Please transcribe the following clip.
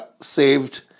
saved